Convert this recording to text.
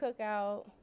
cookout